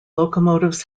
locomotives